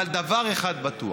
אבל דבר אחד בטוח,